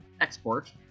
Export